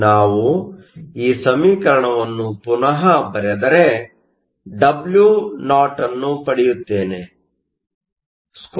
ನಾವು ಈ ಸಮೀಕರಣವನ್ನು ಪುನ ಬರೆದರೆ Wo ನ್ನು ಪಡೆಯುತ್ತೇವೆ